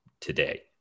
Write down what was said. today